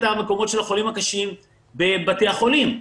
המקומות של החולים הקשים בבתי החולים.